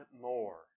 more